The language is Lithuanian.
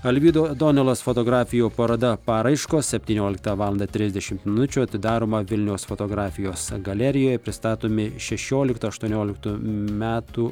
alvydo duonėlos fotografijų paroda paraiškos septynioliktą valandą trisdešimt minučių atidaroma vilniaus fotografijos galerijoje pristatomi šešioliktų aštuonioliktų metų